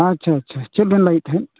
ᱟᱪᱪᱷᱟ ᱟᱪᱪᱷᱟ ᱪᱮᱫ ᱵᱮᱱ ᱞᱟᱹᱭ ᱮᱫ ᱛᱟᱦᱮᱸᱫ